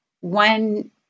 One